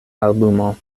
albumo